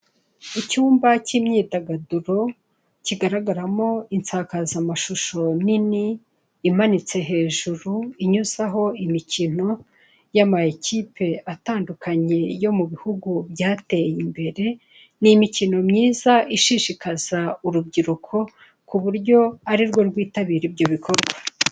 Icyumba cy'imyidagaduro, kigaragaramo insakazamashusho nini imanitse hejuru inyuzaho imikino y'amakipe atandukanye yo mu bihugu byateye imbere, ni imikino myiza ishishikaza urubyiruko ku buryo ari rwo rwitabira ibyo bikorwa.